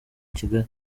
kigali